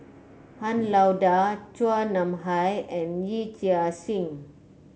Han Lao Da Chua Nam Hai and Yee Chia Hsing